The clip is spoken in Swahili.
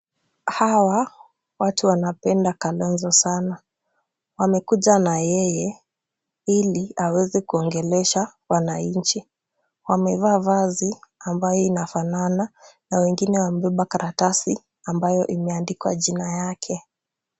Hawa watu wanapenda Kalonzo sana. Wamekuja nayeye ili aweze kuongelesha wananchi. Wamevaa vazi ambayo inafanana na wengine wamebeba karatasi ambayo imeandikwa jina yake.